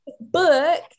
book